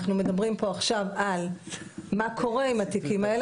אנחנו מדברים פה עכשיו על מה קורה עם התיקים האלה,